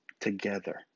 together